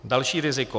Další riziko.